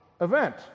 event